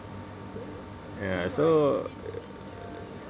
ya so